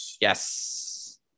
Yes